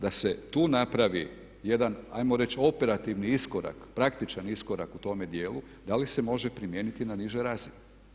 Da se tu napravi jedan ajmo reći operativni iskorak, praktičan iskorak u tome dijelu da li se može primijeniti na nižoj razini.